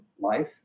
life